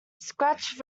scratch